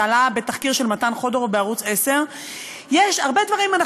זה עלה בתחקיר של מתן חודורוב בערוץ 10. הרבה דברים אנחנו